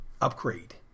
upgrade